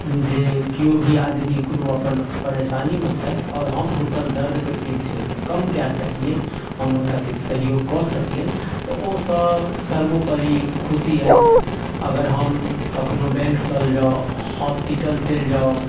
जे केओ भी आदमी कोनो अपन परेशानीमे छथि आओर हम हुनकर दर्द कऽ किछु कम कए सकियै हम हुनका किछु सहयोग कऽ सकिअनि तऽ ओहिसँ सर्वोपरि खुशी अछि अगर हम कखनो बैंक चलि जाउ हॉस्पिटल चलि जाउ